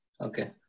Okay